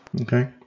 Okay